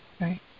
right